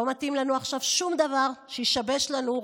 לא מתאים לנו עכשיו שום דבר שישבש לנו.